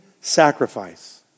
sacrifice